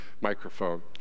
microphone